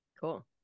Cool